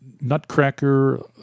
nutcracker